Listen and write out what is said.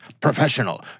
professional